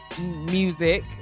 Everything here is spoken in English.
Music